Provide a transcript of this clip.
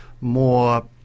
more